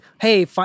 Hey